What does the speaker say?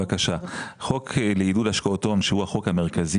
חוק לעידוד השקעות הון שהוא החוק המרכזי